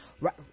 right